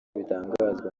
bitangazwa